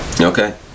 Okay